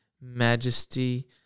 majesty